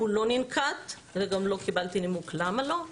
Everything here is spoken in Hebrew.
לא ננקט וגם לא קיבלתי נימוק למה לא.